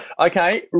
Okay